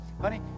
Honey